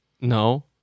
No